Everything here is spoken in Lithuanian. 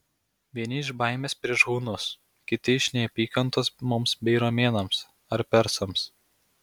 vieni iš baimės prieš hunus kiti iš neapykantos mums bei romėnams ar persams